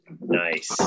Nice